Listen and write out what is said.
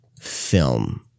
film